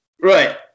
Right